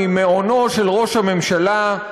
ממעונו של ראש הממשלה,